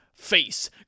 face